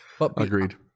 Agreed